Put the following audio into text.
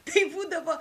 tai būdavo